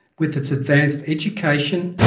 with its advanced education,